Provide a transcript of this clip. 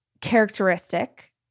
characteristic